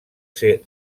ser